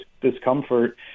discomfort